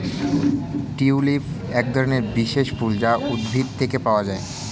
tulip একধরনের বিশেষ ফুল যা উদ্ভিদ থেকে পাওয়া যায়